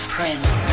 Prince